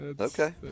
Okay